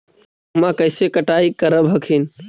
गेहुमा कैसे कटाई करब हखिन?